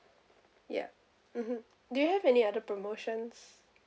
yup mmhmm do you have any other promotions